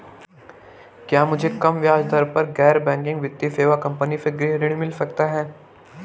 क्या मुझे कम ब्याज दर पर गैर बैंकिंग वित्तीय सेवा कंपनी से गृह ऋण मिल सकता है?